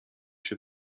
się